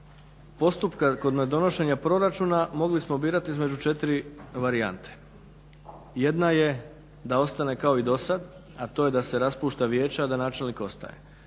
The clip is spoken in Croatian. postupka kod ne donošenja proračuna mogli smo birati između četiri varijante. Jedna je da ostane kao i do sad, a to je da se raspušta vijeće, a da načelnik ostaje.